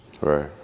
right